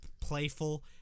playful